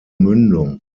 mündung